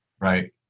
Right